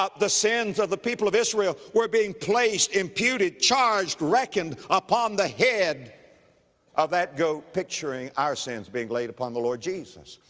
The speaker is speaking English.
ah the sins of the people of israel were being placed, imputed, charged, reckoned upon the head of that goat, picturing our sins being laid upon the lord jesus.